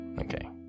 okay